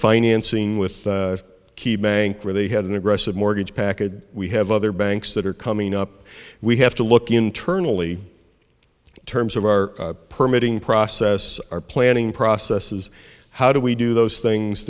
financing with key banc where they had an aggressive mortgage package we have other banks that are coming up we have to look internally terms of our permitting process our planning processes how do we do those things